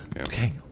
Okay